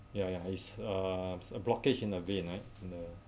ya ya it's uh it's a blockage in the vein right I know